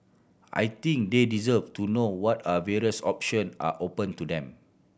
I think they deserve to know what are various option are open to them